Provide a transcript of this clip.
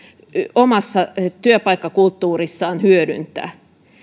omassa työpaikkakulttuurissaan hyödyntävät